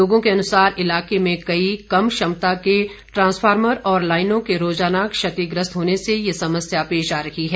लोगों के अनुसार इलाके में कई कम क्षमता के ट्रांसफार्मर और लाइनों के रोज़ाना क्षतिग्रस्त होने से ये समस्या पेश आ रही है